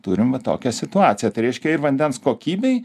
turim va tokią situaciją tai reiškia ir vandens kokybei